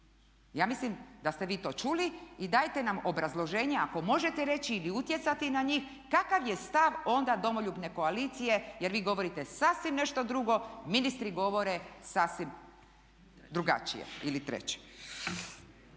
Ja mislim da ste vi to čuli. Dajte nam obrazloženje ako možete reći ili utjecati na njih kakav je stav onda Domoljubne koalicije jer vi govorite sasvim nešto drugo, ministri govore sasvim drugačije ili treće.